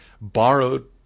borrowed